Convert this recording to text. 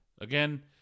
again